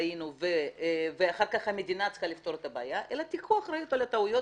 טעינו ואחר כך המדינה צריכה לפתור את הבעיה אלא קחו אחריות על הטעויות